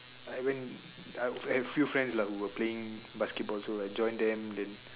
I went I was with a few friends lah we were playing basketball also like join them then